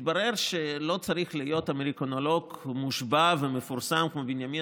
מתברר שלא צריך להיות אמריקנולוג מושבע ומפורסם כמו בנימין